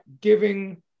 giving